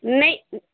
ਨਹੀਂ